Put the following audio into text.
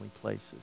places